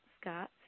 Scott